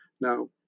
Now